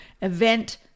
event